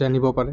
জানিব পাৰে